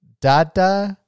Dada